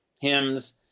hymns